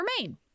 remain